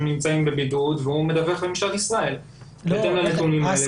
נמצאים בבידוד והוא מדווח לממשלת ישראל בהתאם לנתונים האלה.